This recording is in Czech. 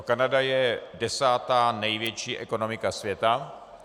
Kanada je desátá největší ekonomika světa.